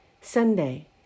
Sunday